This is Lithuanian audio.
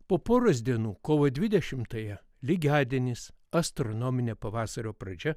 po poros dienų kovo dvidešimtąją lygiadienis astronominio pavasario pradžia